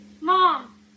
Mom